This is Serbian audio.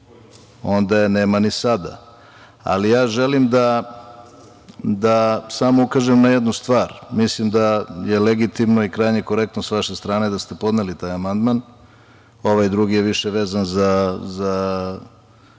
onda je nema ni sada. Ali, ja želim samo da ukažem na jednu stvar, mislim da je legitimno i krajnje korektno sa vaše strane da ste podneli taj amandman, ovaj drugi je više vezan za